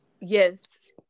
Yes